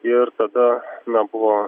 ir tada na buvo